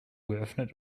geöffnet